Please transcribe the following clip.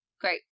Great